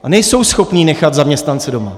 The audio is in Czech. A nejsou schopny nechat zaměstnance doma.